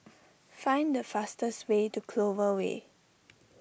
find the fastest way to Clover Way